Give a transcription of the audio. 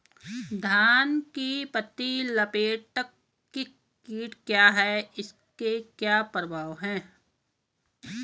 धान में पत्ती लपेटक कीट क्या है इसके क्या प्रभाव हैं?